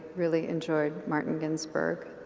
really enjoyed martin ginsburg.